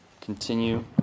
continue